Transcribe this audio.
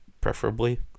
preferably